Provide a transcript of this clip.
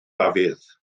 dafydd